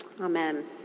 Amen